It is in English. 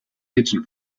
kitchen